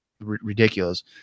ridiculous